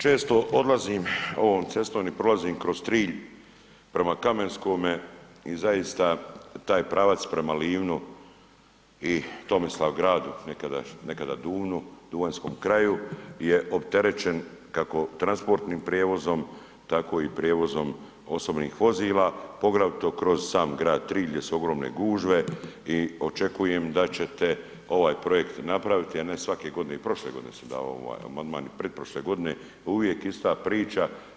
često odlazim ovom cestom i prolazim kroz Trilj prema Kamenskome i zaista taj pravac prema Livnu i Tomislavgradu, nekada Duvnu, duvanjskom kraju je opterećen, kako transportnim prijevozom, tako i prijevozom osobnih vozila, poglavito kroz sam grad Trilj gdje su ogromne gužve i očekujem da ćete ovaj projekt napraviti, a ne svake godine, i prošle godine sam dao ovaj amandman i pretprošle godine, uvijek ista priča.